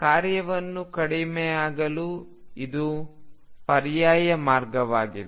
ಕಾರ್ಯವು ಕಡಿಮೆಯಾಗಲು ಇದು ಪರ್ಯಾಯ ಮಾರ್ಗವಾಗಿದೆ